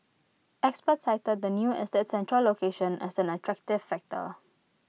experts cited the new estate's central location as an attractive factor